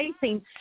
facing